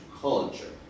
culture